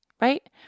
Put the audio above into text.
right